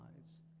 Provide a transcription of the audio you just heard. lives